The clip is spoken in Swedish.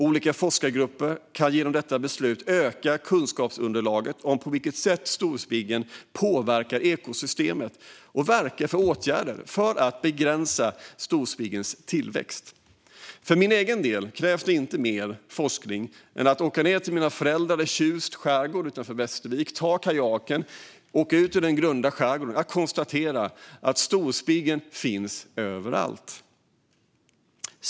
Olika forskargrupper kan genom detta beslut öka kunskapsunderlaget om på vilket sätt storspiggen påverkar ekosystemet och verka för åtgärder för att begränsa storspiggens tillväxt. För egen del krävs det inte mer forskning än att jag åker ned till mina föräldrar i Tjust skärgård, utanför Västervik, och tar kajaken ut i den grunda skärgården för att jag ska kunna konstatera att storspiggen finns överallt.